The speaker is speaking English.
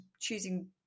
choosing